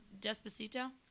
Despacito